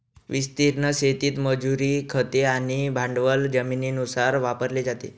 विस्तीर्ण शेतीत मजुरी, खते आणि भांडवल जमिनीनुसार वापरले जाते